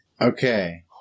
Okay